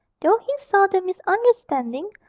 though he saw the misunderstanding,